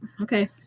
Okay